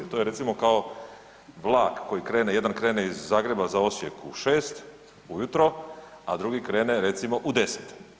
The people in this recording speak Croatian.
To je recimo kao vlak koji krene, jedan krene iz Zagreba za Osijek u šest u jutro, a drugi krene recimo u deset.